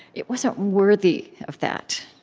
it wasn't worthy of that.